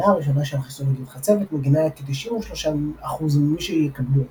המנה הראשונה של החיסון נגד חצבת מגנה על כ-93% ממי שיקבלו אותה,